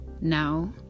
Now